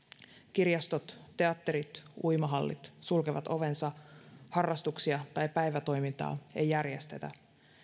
kirjastot teatterit ja uimahallit sulkevat ovensa harrastuksia tai päivätoimintaa ei järjestetä